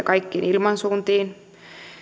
kaikkiin ilmansuuntiin